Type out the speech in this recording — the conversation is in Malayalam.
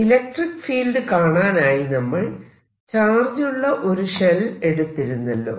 ഇലക്ട്രിക്ക് ഫീൽഡ് കാണാനായി നമ്മൾ ചാർജുള്ള ഒരു ഷെൽ എടുത്തിരുന്നല്ലോ